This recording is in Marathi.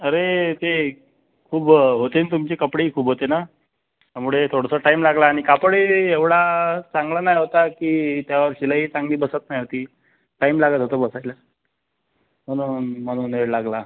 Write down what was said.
अरे ते खूप होते ना तुमचे कपडेही खूप होते ना त्यामुळे थोडंसं टाईम लागला आणि कापडही एवढा चांगला नाही होता की त्यावर शिलाई चांगली बसत नाही होती टाईम लागत होता बसायला म्हणून म्हणून वेळ लागला